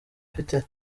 afite